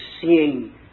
seeing